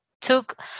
took